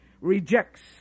rejects